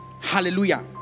Hallelujah